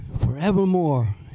forevermore